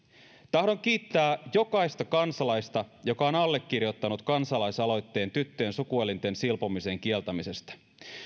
tahdon kiittää jokaista kansalaista joka on allekirjoittanut kansalaisaloitteen tyttöjen sukuelinten silpomisen kieltämisestä